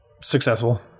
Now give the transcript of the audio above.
Successful